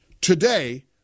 today